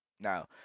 Now